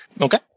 Okay